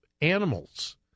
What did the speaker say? animals